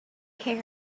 care